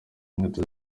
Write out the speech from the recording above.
nkweto